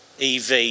EV